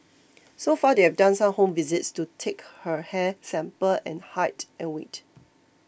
so far they've done some home visits to take her hair sample and height and weight